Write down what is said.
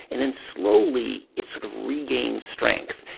and then slowly, it sort of regains strength.